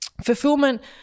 fulfillment